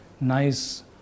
nice